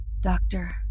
Doctor